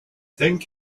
thank